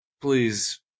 Please